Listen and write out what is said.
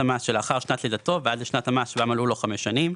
המס שלאחר שנת לידתו ועד לשנת המס שבה מלאו לו חמש שנים,